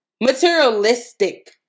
Materialistic